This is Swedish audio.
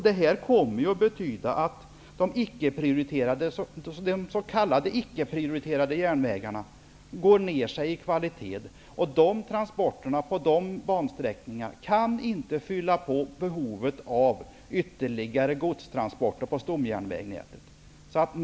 Det betyder att de s.k. icke-prioriterade järnvägarna går ner i kvalitet, och att transporterna på dessa bansträckor inte kan fylla behovet av ytterligare godstransporter på stomjärnvägsnätet.